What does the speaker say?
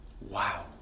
Wow